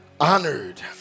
honored